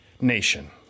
nation